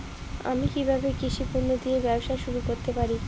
আমি কিভাবে কৃষি পণ্য দিয়ে ব্যবসা শুরু করতে পারি?